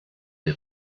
der